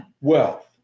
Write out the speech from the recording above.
wealth